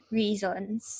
reasons